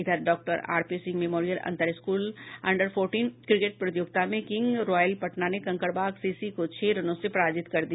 इधर doctor R P Singh memorial अंतर school under fourteen cricket प्रतियोगिता में किंग रॉयल पटना ने कंकड़बाग सीसी को छह रनों से पराजित कर दिया